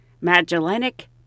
Magellanic